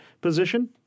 position